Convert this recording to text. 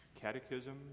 catechism